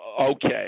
okay